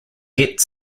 get